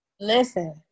Listen